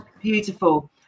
beautiful